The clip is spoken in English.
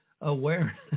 awareness